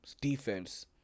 defense